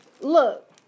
Look